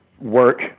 work